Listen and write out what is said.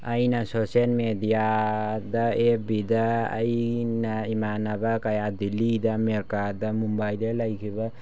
ꯑꯩꯅ ꯁꯣꯁꯤꯌꯦꯜ ꯃꯣꯗꯤꯌꯥꯗ ꯑꯦꯐ ꯕꯤꯗ ꯑꯩꯅ ꯏꯃꯥꯟꯅꯕ ꯀꯌꯥ ꯗꯦꯜꯂꯤꯗ ꯑꯃꯦꯔꯤꯀꯥꯗ ꯃꯨꯝꯕꯥꯏꯗ ꯂꯩꯈꯤꯕ